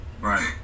right